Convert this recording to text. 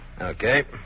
Okay